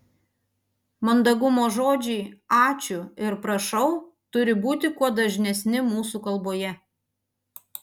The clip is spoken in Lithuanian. mandagumo žodžiai ačiū ir prašau turi būti kuo dažnesni mūsų kalboje